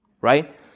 Right